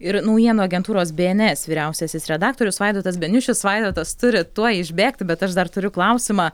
ir naujienų agentūros bns vyriausiasis redaktorius vaidotas beniušis vaidotas turi tuoj išbėgti bet aš dar turiu klausimą